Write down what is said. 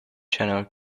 channel